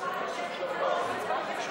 מה גם שהצעת החוק הזאת הונחה על ידי,